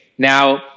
now